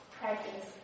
practice